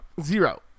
zero